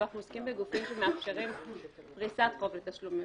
אבל אנחנו עוסקים בגופים שמאפשרים פריסת חוב לתשלומים.